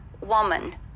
woman